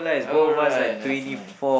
alright that's nice